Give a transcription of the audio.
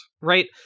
right